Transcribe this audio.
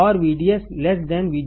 और VDS VGS VT